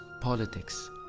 politics